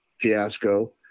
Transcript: fiasco